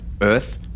Earth